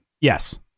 Yes